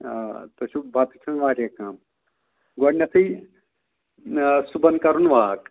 آ تۄہہِ چھُو بَتہٕ کھیوٚن واریاہ کَم گۄڈٕنٮ۪تھٕے صُبحَن کَرُن واک